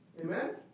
Amen